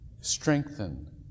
Strengthen